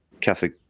Catholic